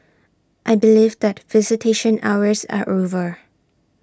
I believe that visitation hours are over